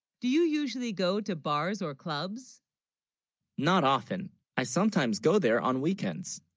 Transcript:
do you usually go to bars or clubs not often i sometimes go there on weekends,